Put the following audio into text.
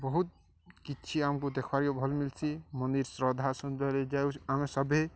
ବହୁତ କିଛି ଆମକୁ ଦେଖାରିକି ଭଲ୍ ମିଲ୍ସି ମନ୍ଦିର ଶ୍ରଦ୍ଧା ସୁନ୍ଦରରେ ଯାଉ ଆମେ ସଭିଏଁ